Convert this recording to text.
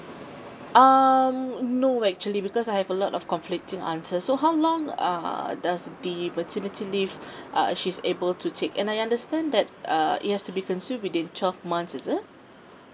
um no actually because I have a lot of conflicting answers so how long err does the maternity leave uh she's able to take and I understand that uh it has to be consumed within twelve months is it